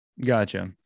gotcha